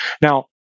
Now